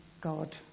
God